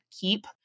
keep